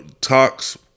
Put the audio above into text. Talks